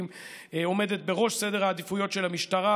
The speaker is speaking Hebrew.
עומדת בראש סדר העדיפויות של המשטרה,